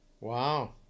Wow